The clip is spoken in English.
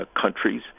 countries